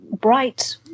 bright